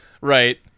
Right